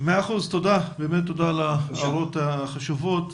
על ההערות החשובות.